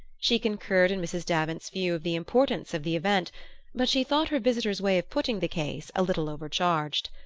she concurred in mrs. davant's view of the importance of the event but she thought her visitor's way of putting the case a little overcharged.